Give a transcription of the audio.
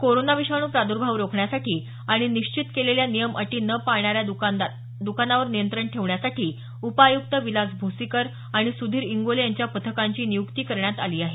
corona विषाणू प्रादुर्भाव रोखण्यासाठी आणि निश्चित केलेल्या नियम अटी न पाळणाऱ्या दुकानावर नियंत्रण ठेवण्यासाठी उपआय्क्त विलास भोसीकर आणि सुधीर इंगोले यांच्या पथकांची निय्क्ती करण्यात आली आहे